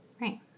Right